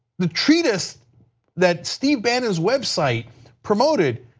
the treatise that steve bannon's website promoted